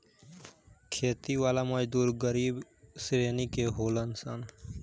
खेती वाला मजदूर गरीब श्रेणी के होलन सन